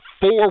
four